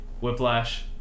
Whiplash